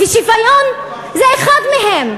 ושוויון הם אחד מהם.